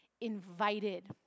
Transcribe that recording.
invited